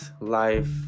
life